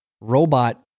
robot